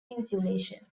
insulation